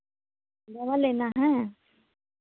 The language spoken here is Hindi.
दवा लेना है